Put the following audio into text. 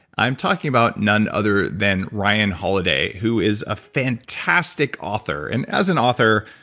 i'm talking about none other than ryan holiday, who is a fantastic author. and as an author.